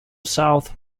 south